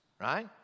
right